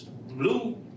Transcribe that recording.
Blue